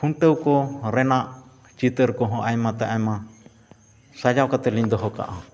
ᱠᱷᱩᱱᱴᱟᱹᱣ ᱠᱚ ᱨᱮᱱᱟᱜ ᱪᱤᱛᱟᱹᱨ ᱠᱚᱦᱚᱸ ᱟᱭᱢᱟ ᱛᱮ ᱟᱭᱢᱟ ᱥᱟᱡᱟᱣ ᱠᱟᱛᱮᱫ ᱞᱤᱧ ᱫᱚᱦᱚ ᱠᱟᱜᱼᱟ